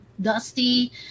dusty